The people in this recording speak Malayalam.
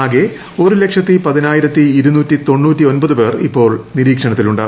ആകെ ഒരു ലക്ഷത്തി ്പതിനായിരത്തി ഇരുന്നൂറ്റി തൊണ്ണൂറ്റി ഒമ്പതുപേർ ഇപ്പോൾ തിരീക്ഷണത്തിലുണ്ട്